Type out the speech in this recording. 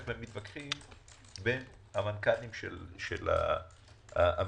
ומתווכחים בין המנכ"לים של המשרדים.